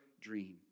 dream